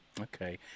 okay